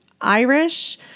Irish